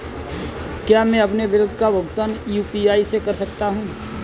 क्या मैं अपने बिल का भुगतान यू.पी.आई से कर सकता हूँ?